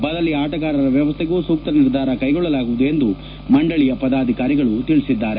ಬದಲಿ ಆಟಗಾರರ ವ್ಹವಸ್ಟೆಗೂ ಸೂಕ್ತ ನಿರ್ಧಾರ ಕೈಗೊಳ್ಳಲಾಗುವುದು ಎಂದು ಮಂಡಳಿಯ ಪದಾಧಿಕಾರಿಗಳು ತಿಳಿಸಿದ್ದಾರೆ